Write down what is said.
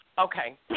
Okay